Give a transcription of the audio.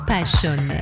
Passion